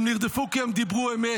הם נרדפו כי הם דיברו אמת,